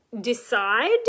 decide